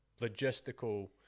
logistical